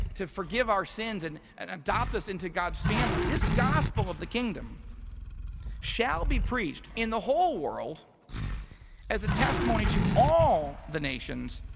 to forgive our sins and and adopt us into god's family. this gospel of the kingdom shall be preached in the whole world as a testimony to all the nations,